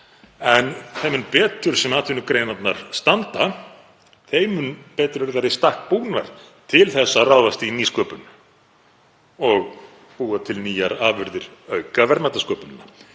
en þeim mun betur sem atvinnugreinarnar standa, þeim mun betur eru þær í stakk búnar til að ráðast í nýsköpun og búa til nýjar afurðir og auka verðmætasköpun.